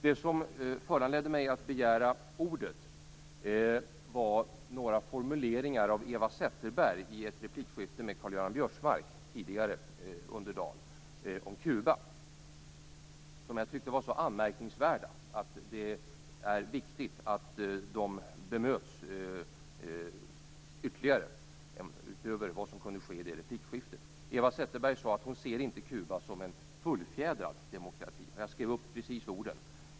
Det som föranledde mig att begära ordet var några formuleringar av Eva Zetterberg i ett replikskifte med De var så anmärkningsvärda att det är viktigt att de bemöts ytterligare utöver vad som kunde ske i det replikskiftet. Eva Zetterberg sade att hon inte ser Kuba som en fullfjädrad demokrati; jag skrev upp orden.